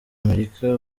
amerika